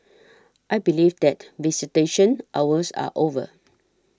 I believe that visitation hours are over